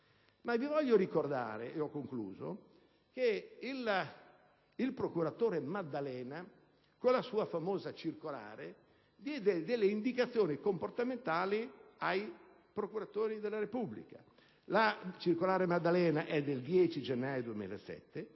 Voglio ricordare, infine, che il procuratore Maddalena, con la sua famosa circolare, diede indicazioni comportamentali ai procuratori della Repubblica. La circolare Maddalena, del 10 gennaio 2007,